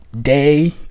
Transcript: day